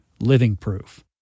livingproof